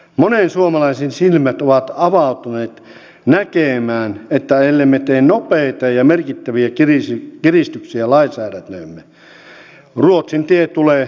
monen suomalaisen silmät ovat avautuneet näkemään että ellemme tee nopeita ja merkittäviä kiristyksiä lainsäädäntöömme ruotsin tie tulee olemaan meidän tie